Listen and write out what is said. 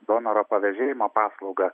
donoro pavėžėjimo paslaugą